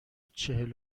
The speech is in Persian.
چهل